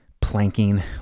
planking